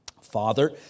Father